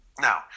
now